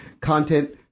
content